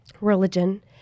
religion